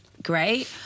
great